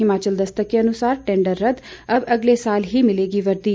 हिमाचल दस्तक के अनुसार टेंडर रद्द अब अगले साल ही मिलेगी वर्दी